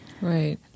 Right